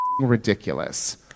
ridiculous